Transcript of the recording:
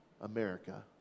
America